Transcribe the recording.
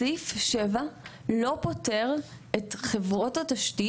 סעיף (7) לא פותר את חברות התשתית,